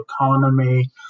economy